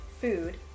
food